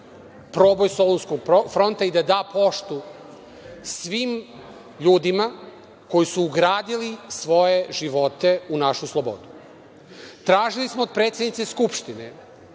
proboj Solunskog fronta i da da poštu svim ljudima koji su ugradili svoje živote u našu slobodu. Tražili smo od predsednice Skupštine